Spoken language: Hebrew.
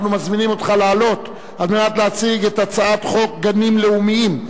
אנחנו מזמינים אותך לעלות על מנת להציג את הצעת חוק גנים לאומיים,